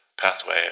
pathway